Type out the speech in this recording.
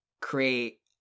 create